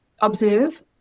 observe